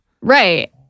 Right